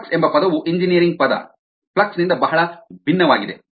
flux ಎಂಬ ಪದವು engineering ಪದ ಫ್ಲಕ್ಸ್ ನಿಂದ ಬಹಳ ಭಿನ್ನವಾಗಿದೆ